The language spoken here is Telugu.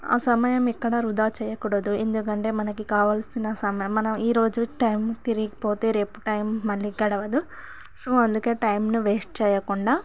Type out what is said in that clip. ఆ సమయం ఇక్కడ వృధా చేయకూడదు ఎందుకంటే మనకి కావాల్సిన సమయం మనం ఈరోజు టైం తిరిగి పోతే రేపు టైం మళ్ళీ గడవదు సో అందుకే టైంను వేస్ట్ చేయకుండా